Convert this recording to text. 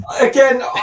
again